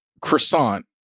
croissant